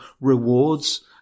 rewards